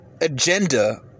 agenda